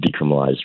decriminalized